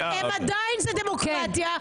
עדיין זה דמוקרטיה,